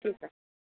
ঠিক